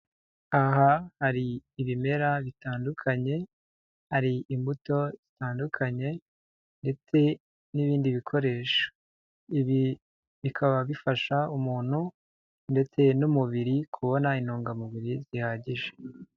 Aha hari ibimera bitandukanye, hari imbuto zitandukanye ndetse n'ibindi bikoresho. Ibi bikaba bifasha umuntu ndetse n'umubiri kubona intungamubiri zihagije.